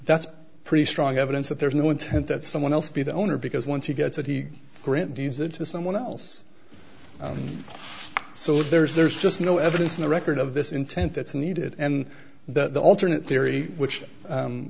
that's pretty strong evidence that there's no intent that someone else be the owner because once he gets it he grinned use it to someone else so there's there's just no evidence in the record of this intent that's needed and the alternate theory which